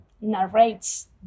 narrates